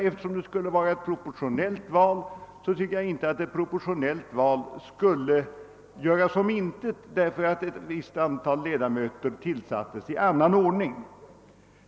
Eftersom det skulle vara ett proportionellt val ansåg jag inte att detta skulle göras om intet genom att ett visst antal ledamöter tillsattes i annan ordning.